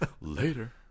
Later